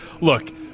look